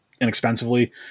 inexpensively